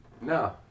No